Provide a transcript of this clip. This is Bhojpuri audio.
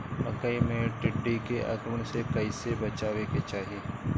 मकई मे टिड्डी के आक्रमण से कइसे बचावे के चाही?